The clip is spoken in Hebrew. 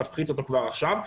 תפחית אותו כבר עכשיו,